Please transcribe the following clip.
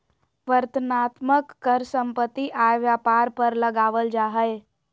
वर्णनात्मक कर सम्पत्ति, आय, व्यापार पर लगावल जा हय